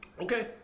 Okay